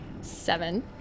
Seven